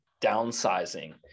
downsizing